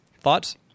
Thoughts